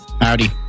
Howdy